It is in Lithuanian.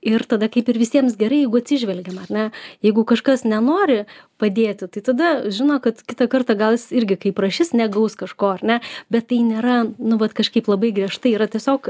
ir tada kaip ir visiems gerai jeigu atsižvelgiama ar ne jeigu kažkas nenori padėti tai tada žino kad kitą kartą gal jis irgi kai prašys negaus kažko ar ne bet tai nėra nu vat kažkaip labai griežtai yra tiesiog